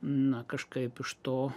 na kažkaip iš to